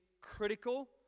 critical